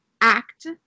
act